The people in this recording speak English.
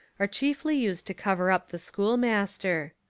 are chiefly used to cover up the schoolmaster.